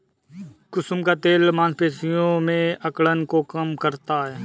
कुसुम का तेल मांसपेशियों में अकड़न को कम करता है